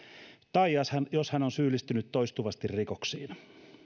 tai jos hän on syyllistynyt toistuvasti rikoksiin